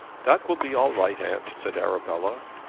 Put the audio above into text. that will be all right, aunt, said arabella.